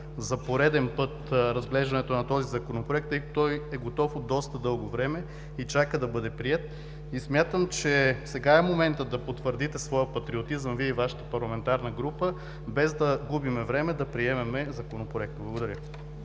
за пореден път разглеждането на този законопроект, тъй като той е готов от доста дълго време и чака да бъде приет. Смятам, че сега е моментът да потвърдите своя патриотизъм – Вие и Вашата парламентарна група, без да губим време да приемем Законопроекта. Благодаря